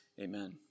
Amen